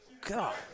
God